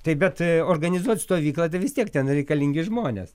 taip bet organizuot stovyklą tai vis tiek ten reikalingi žmonės